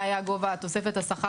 מה היה גובה תוספת השכר.